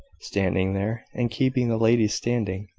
standing there, and keeping the ladies standing!